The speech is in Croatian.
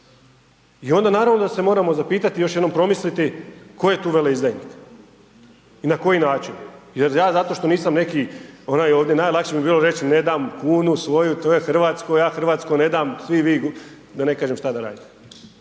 i onda naravno da se moramo zapitati i još jednom promisliti ko je tu veleizdajnik i na koji način jer ja zato što nisam neki onaj ovdje, najlakše bi mi bilo reći ne dam kunu svoju, to je hrvatsko, ja hrvatsko ne dam, svi vi, da ne kažem šta da radite,